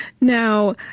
Now